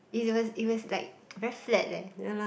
it was it was like very flat leh